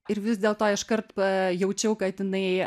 ir vis dėl to iškart pajaučiau kad jinai